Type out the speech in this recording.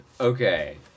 Okay